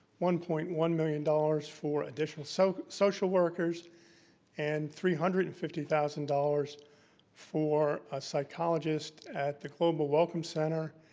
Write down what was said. one point one million dollars for additional so social workers and three hundred and fifty thousand dollars for a psychologist at the global welcome center,